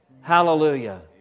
Hallelujah